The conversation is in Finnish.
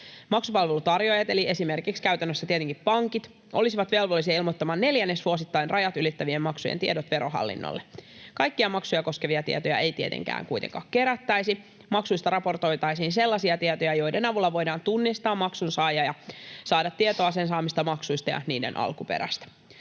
Maksupalveluntarjoajat, eli esimerkiksi käytännössä tietenkin pankit, olisivat velvollisia ilmoittamaan neljännesvuosittain rajat ylittävien maksujen tiedot Verohallinnolle. Kaikkia maksuja koskevia tietoja ei tietenkään kuitenkaan kerättäisi. Maksuista raportoitaisiin sellaisia tietoja, joiden avulla voidaan tunnistaa maksun saaja ja saada tietoa sen saamista maksuista ja niiden alkuperästä.